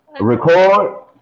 Record